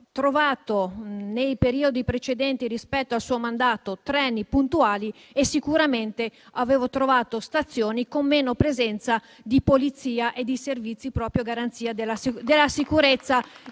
trovato nei periodi precedenti il suo mandato treni puntuali; sicuramente avevo trovato stazioni con meno presenza di polizia e servizi a garanzia della sicurezza